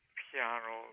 piano